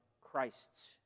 Christ's